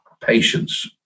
patience